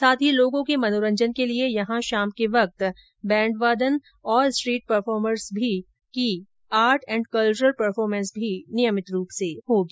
साथ ही लोगों के मनोरजंन के लिए यहां शाम के वक्त बैंड वादन और स्ट्रीट परफॉर्मर्स की आर्ट एण्ड कल्वरल परफॉरमेंस भी नियमित रूप से होंगी